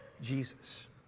Jesus